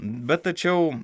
bet tačiau